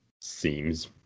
Seems